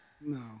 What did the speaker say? No